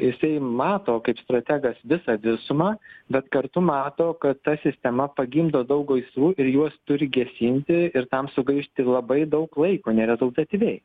jisai mato kaip strategas visą visumą bet kartu mato kad ta sistema pagimdo daug gaisrų ir juos turi gesinti ir tam sugaišti labai daug laiko nerezultatyviai